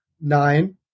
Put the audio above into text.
nine